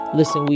Listen